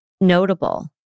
notable